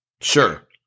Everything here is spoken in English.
Sure